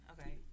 Okay